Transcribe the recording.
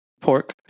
pork